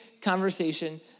conversation